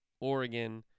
Oregon